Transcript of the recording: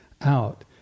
out